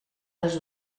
els